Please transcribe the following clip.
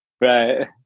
Right